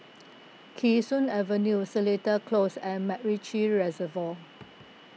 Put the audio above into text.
Kee Sun Avenue Seletar Close and MacRitchie Reservoir